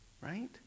Right